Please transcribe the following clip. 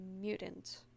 mutant